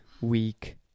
week